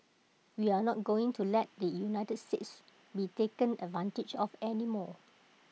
we are not going to let the united states be taken advantage of any more